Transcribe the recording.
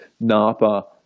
Napa